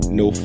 no